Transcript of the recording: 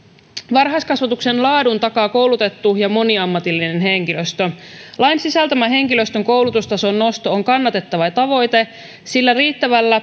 varhaiskasvatuksen laadun takaa koulutettu ja moniammatillinen henkilöstö lain sisältämä henkilöstön koulutustason nosto on kannatettava tavoite sillä riittävän